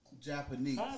Japanese